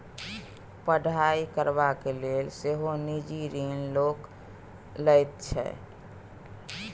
पढ़ाई करबाक लेल सेहो निजी ऋण लोक लैत छै